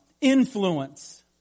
influence